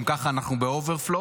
גם ככה אנחנו ב-overflow.